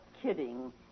kidding